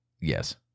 Yes